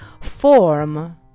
form